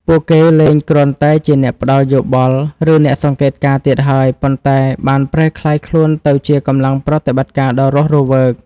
ពួកគេលែងគ្រាន់តែជាអ្នកផ្ដល់យោបល់ ឬអ្នកសង្កេតការណ៍ទៀតហើយ ប៉ុន្តែបានប្រែក្លាយខ្លួនទៅជាកម្លាំងប្រតិបត្តិការដ៏រស់រវើក។